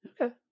Okay